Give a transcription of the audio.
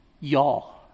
Y'all